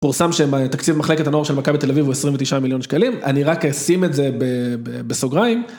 פורסם שמתקציב מחלקת הנוער של מכבי תל אביב הוא 29 מיליון שקלים, אני רק אשים את זה בסוגריים.